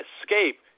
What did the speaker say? escape